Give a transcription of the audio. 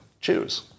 choose